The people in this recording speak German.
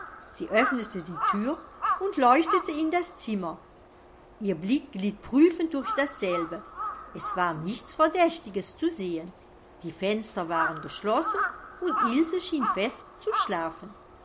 sie öffnete die thür und leuchtete in das zimmer ihr blick glitt prüfend durch dasselbe es war nichts verdächtiges zu sehen die fenster waren geschlossen und ilse schien fest zu schlafen